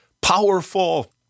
powerful